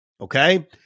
okay